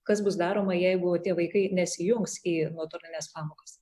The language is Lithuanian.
kas bus daroma jeigu tie vaikai nesijungs į nuotolines pamokas